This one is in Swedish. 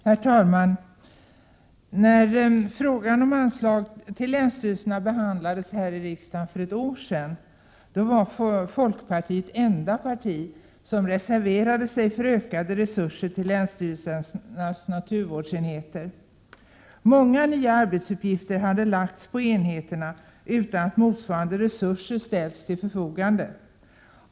Herr talman! När frågan om anslag till länsstyrelserna behandlades i riksdagen för ett år sedan, var folkpartiet det enda parti som reserverade sig för ökade resurser till länsstyrelsernas naturvårdsenheter. Många nya 127 arbetsuppgifter hade lagts på enheterna utan att motsvarande resurser ställts till förfogande.